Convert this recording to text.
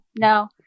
no